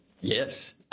yes